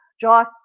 Joss